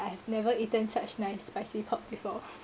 I have never eaten such nice spicy pork before